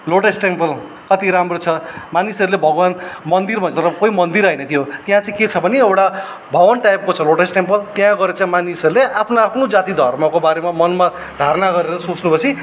lotus temple कति राम्रो छ मानिसहरूले भगवान् मन्दिर भन्छ तर कोही मन्दिर होइन त्यो त्यहाँ चाहिँ के छ भने एउडा भवन टाइपको छ लोटस टेम्पल त्यहाँ गएर चाहिँ मानिसहरूले आफ्नो आफ्नो जाति धर्मको बारेमा मनमा धारणा गरेर सोचेपछि